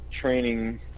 training